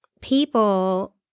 people